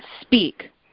speak